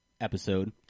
episode